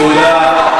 תודה,